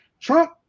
Trump